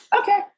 Okay